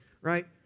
right